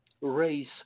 raise